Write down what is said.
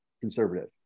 conservative